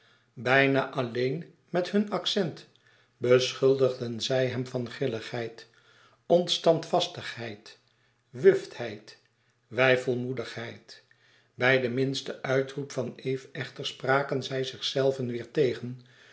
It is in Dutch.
bijna alleen met hun accent beschuldigden zij hem van grilligheid onstandvastigheid wuftheid weifelmoedigheid bij den minsten uitroep van eve echter spraken zij zichzelven weêr tegen